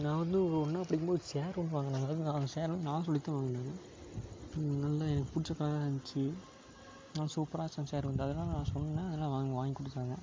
நான் வந்து ஒரு ஒன்றாவது படிக்கும் போது சேரு ஒன்று வாங்கினாங்க அதாவது நான் அந்த சேரு வந்து நான் சொல்லித்தான் வாங்கினாங்க நல்ல எனக்கு பிடிச்ச கலராக இருந்துச்சு நல்லா சூப்பராக இருந்துச்சு அந்த சேரு வந்து அது தான் நான் சொன்னேன் அதனால வாங் வாங்கிக் கொடுத்தாங்க